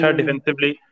defensively